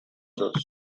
source